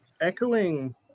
echoing